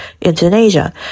Indonesia